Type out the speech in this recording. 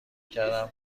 کردم